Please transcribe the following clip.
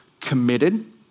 committed